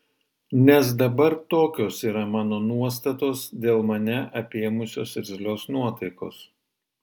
nes dabar tokios yra mano nuostatos dėl mane apėmusios irzlios nuotaikos